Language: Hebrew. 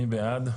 מי בעד?